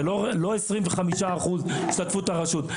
זה לא 25% השתתפות הראשות,